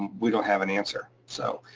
we don't have an answer, so.